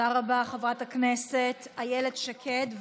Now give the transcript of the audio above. תודה רבה, חברת הכנסת איילת שקד.